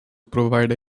provide